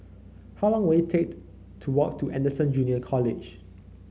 how long will it take to walk to Anderson Junior College